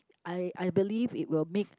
I I believe it will make